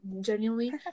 genuinely